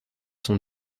sont